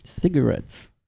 cigarettes